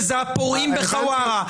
אלה הם הפורעים בחווארה,